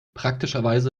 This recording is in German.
praktischerweise